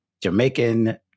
Jamaican